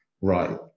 Right